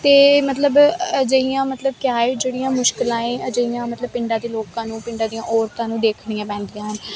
ਅਤੇ ਮਤਲਬ ਅਜਿਹੀਆਂ ਮਤਲਬ ਕਿਆ ਏ ਜਿਹੜੀਆਂ ਮੁਸ਼ਕਿਲਾਂ ਏ ਅਜਿਹੀਆਂ ਮਤਲਬ ਪਿੰਡਾਂ ਦੇ ਲੋਕਾਂ ਨੂੰ ਪਿੰਡਾਂ ਦੀਆਂ ਔਰਤਾਂ ਨੂੰ ਦੇਖਣੀਆਂ ਪੈਂਦੀਆਂ ਹਨ